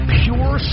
pure